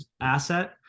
asset